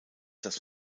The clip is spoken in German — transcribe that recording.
das